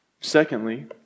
Secondly